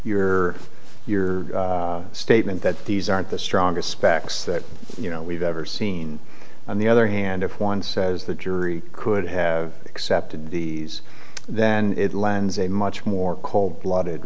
your your statement that these aren't the strongest specs that you know we've ever seen on the other hand if one says the jury could have accepted these then it lends a much more cold blooded